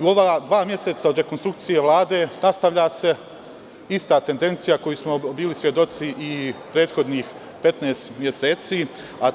U ova dva meseca od rekonstrukcije Vlade nastavlja se ista tendencija koje smo bili svedoci i prethodnih 15 meseci, a